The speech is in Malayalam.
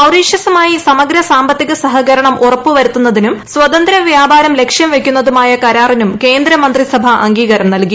മൌറീഷ്യസുമായി സമഗ്ര സാമ്പത്തിക സഹകരണം ഉറപ്പ് വരുത്തുന്നതിനും സ്വതന്ത വ്യാപാരം ലക്ഷ്യം വയ്ക്കുന്നതുമായ കരാറിനും കേന്ദ്ര മന്ത്രിസഭ അംഗീകാരം നൽകി